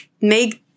make